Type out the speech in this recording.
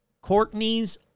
Courtney's